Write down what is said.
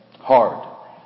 Hard